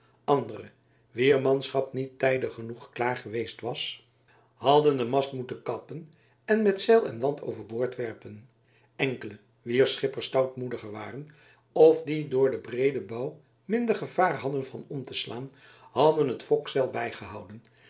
andere wier manschap niet tijdig genoeg klaar geweest was hadden den mast moeten kappen en met zeil en want overboord werpen enkele wier schippers stoutmoediger waren of die door den breeden bouw minder gevaar hadden van om te slaan hadden het fokkezeil bijgehouden